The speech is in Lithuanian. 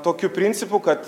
tokiu principu kad